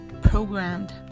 programmed